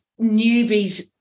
Newbies